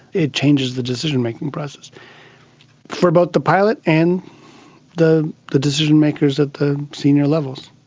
it changes the decision-making process for both the pilot and the the decision-makers at the senior levels.